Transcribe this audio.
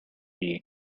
hiv